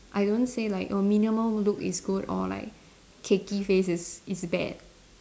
I don't say oh like minimum look is good or like cakey face is is bad